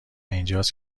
اینجاست